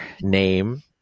name